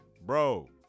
Bro